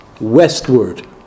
westward